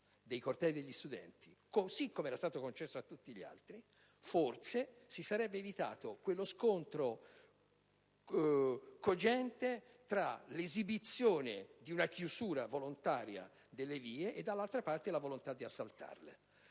dei cortei degli studenti, così come era stato concesso a tutti gli altri, forse si sarebbe evitato quello scontro cogente tra l'esibizione di una chiusura volontaria delle strade e dall'altra parte la volontà di assaltarle.